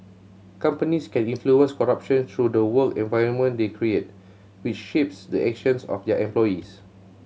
companies can influence corruption through the work environment they create which shapes the actions of their employees